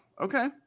Okay